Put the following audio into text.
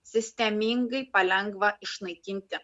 sistemingai palengva išnaikinti